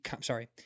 Sorry